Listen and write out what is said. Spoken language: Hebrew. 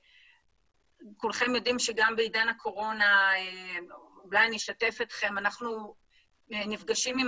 כולכם יודעים שגם בעידן הקורונה אנחנו נפגשים עם